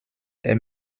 est